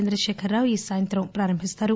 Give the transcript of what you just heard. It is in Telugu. చంద్రశేఖరరావు ఈ సాయంత్రం ప్రారంభిస్తారు